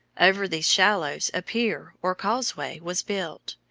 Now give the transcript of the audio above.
over these shallows a pier or causeway was built,